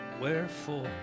Wherefore